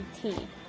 team